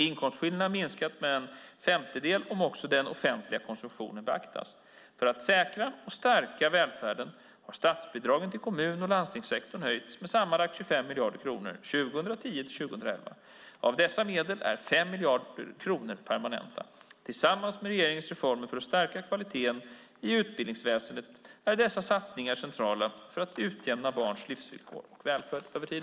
Inkomstskillnaderna minskas med cirka en femtedel om också den offentliga konsumtionen beaktas. För att säkra och stärka välfärden har statsbidragen till kommun och landstingssektorn höjts med sammanlagt 25 miljarder kronor 2010-2011. Av dessa medel är 5 miljarder kronor permanenta. Tillsammans med regeringens reformer för att stärka kvaliteten i utbildningsväsendet är dessa satsningar centrala för att utjämna barns livsvillkor och välfärd över tid.